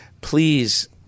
please –